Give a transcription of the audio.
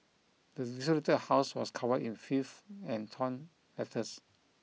the desolated house was covered in filth and torn letters